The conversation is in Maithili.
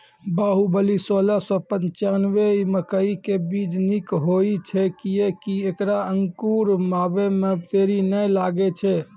बाहुबली सोलह सौ पिच्छान्यबे मकई के बीज निक होई छै किये की ऐकरा अंकुर आबै मे देरी नैय लागै छै?